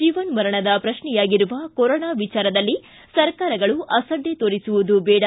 ಜೀವನ್ದರಣದ ಪ್ರಶ್ನೆಯಾಗಿರುವ ಕೊರೋನಾ ವಿಚಾರದಲ್ಲಿ ಸರ್ಕಾರಗಳು ಅಸಡ್ಡೆ ತೋರಿಸುವುದು ಬೇಡ